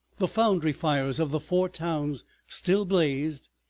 the foundry fires of the four towns still blazed,